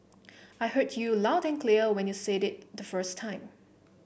I heard you loud and clear when you said it the first time